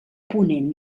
ponent